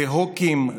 דהוקים,